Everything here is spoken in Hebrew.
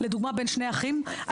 לדוגמה בין שני אחים,